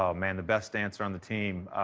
um man, the best dancer on the team,